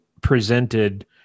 presented